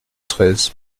treize